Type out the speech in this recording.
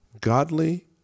godly